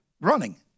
running